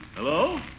Hello